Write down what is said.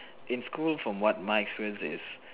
in school from what my experience is